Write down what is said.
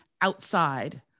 outside